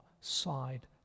side